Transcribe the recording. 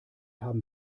haben